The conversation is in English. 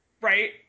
Right